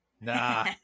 Nah